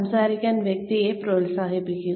സംസാരിക്കാൻ വ്യക്തിയെ പ്രോത്സാഹിപ്പിക്കുക